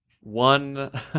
one